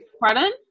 Pardon